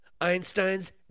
Einstein's